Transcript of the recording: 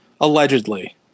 allegedly